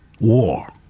war